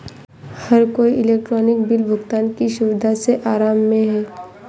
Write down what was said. हर कोई electronic bill भुगतान की सुविधा से आराम में है